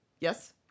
yes